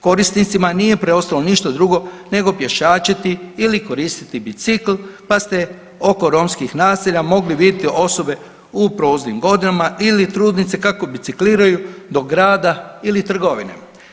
Korisnicima nije preostalo ništa drugo nego pješačiti ili koristiti bicikl pa ste oko romskih naselja mogli vidjeti osobe u proznim godina ili trudnice kako bicikliraju do grada ili trgovine.